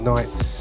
Nights